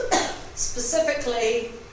specifically